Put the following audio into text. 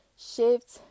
shift